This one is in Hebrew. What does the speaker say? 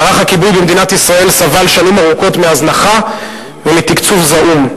מערך הכיבוי במדינת ישראל סבל שנים ארוכות מהזנחה ומתקצוב זעום,